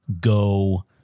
go